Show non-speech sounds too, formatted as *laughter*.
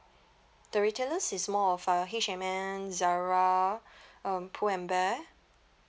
the retailers is more of uh H&M Zara *breath* um Pull and Bear